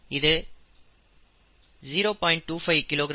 இது 0